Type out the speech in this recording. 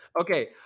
Okay